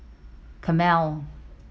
camel